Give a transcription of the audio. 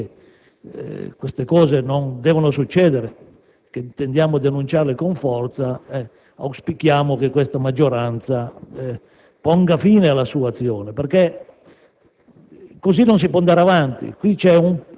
Dunque noi, ribadendo ancora una volta che queste cose non devono succedere, che intendiamo denunciarle con forza, auspichiamo che questa maggioranza ponga fine alla sua azione,